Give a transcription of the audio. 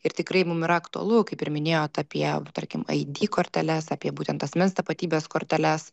ir tikrai mum yra aktualu kaip ir minėjot apie tarkim ai dy korteles apie būtent asmens tapatybės korteles